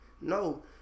No